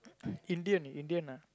Indian Indian ah